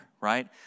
right